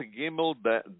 Gimel